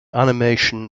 animation